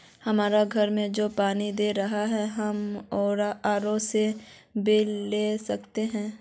हमरा घर में जे पानी दे है की हम ओकरो से बिल ला सके हिये?